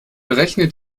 berechne